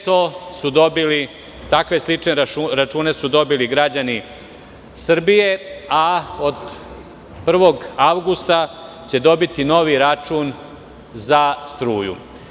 Takve i slične račune su dobili građani Srbije, a od 1. avgusta će dobiti novi račun za struju.